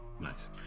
Nice